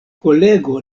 kolego